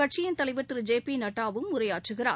கட்சியின் தலைவர் திரு ஜே பி நட்டாவும் உரையாற்றுகிறார்